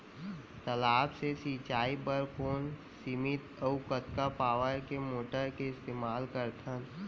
तालाब से सिंचाई बर कोन सीमित अऊ कतका पावर के मोटर के इस्तेमाल करथन?